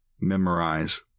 memorize